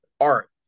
art